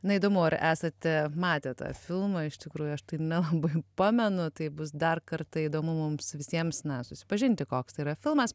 na įdomu ar esate matę tą filmą iš tikrųjų aš tai nelabai pamenu tai bus dar kartą įdomu mums visiems na susipažinti koks tai yra filmas